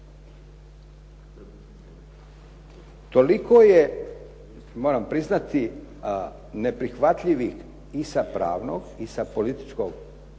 Toliko je, moram priznati neprihvatljivi i sa pravnog i sa političkog